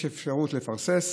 יש אפשרות לפרסס,